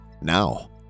now